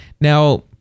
Now